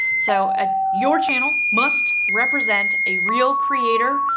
so ah your channel must represent a real creator,